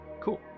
Cool